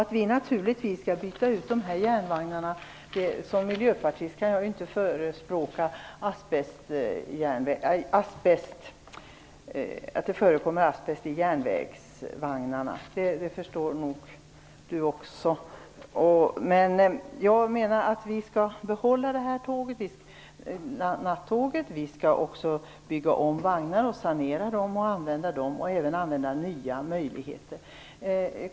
Vi skall naturligtvis byta ut järnvägsvagnarna. Som miljöpartist kan jag ju inte förespråka att det förekommer asbest i järnvägsvagnarna, vilket Jarl Lander säkert förstår. Men jag menar att vi skall behålla nattåget. Vi skall också bygga om vagnar, sanera dem och använda dem samt även utnyttja nya möjligheter.